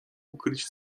ukryć